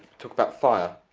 talk about fire.